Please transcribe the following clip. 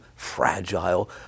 fragile